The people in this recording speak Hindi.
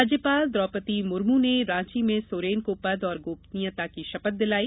राज्यपाल द्रौपदी मुर्म ने रांची में सोरेन को पद और गोपनीयता की शपथ दिलाई